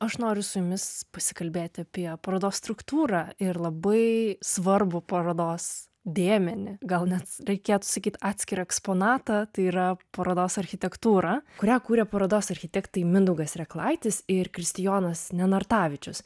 aš noriu su jumis pasikalbėti apie parodos struktūrą ir labai svarbų parodos dėmenį gal net reikėtų sakyt atskirą eksponatą tai yra parodos architektūra kurią kuria parodos architektai mindaugas reklaitis ir kristijonas nenartavičius